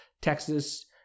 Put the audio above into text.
Texas